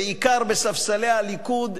בעיקר בספסלי הליכוד,